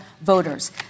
voters